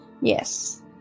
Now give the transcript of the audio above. Yes